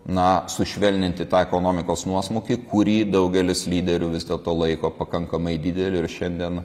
na sušvelninti tą ekonomikos nuosmukį kurį daugelis lyderių vis dėlto laiko pakankamai didelį ir šiandien